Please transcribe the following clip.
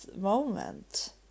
moment